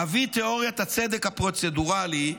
אבי תיאוריית הצדק הפרוצדוראלי,